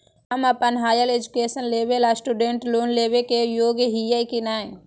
हम अप्पन higher education लेबे ला स्टूडेंट लोन लेबे के योग्य हियै की नय?